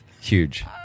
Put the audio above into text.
Huge